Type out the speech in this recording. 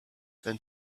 then